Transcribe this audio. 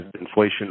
inflation